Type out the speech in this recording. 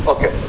Okay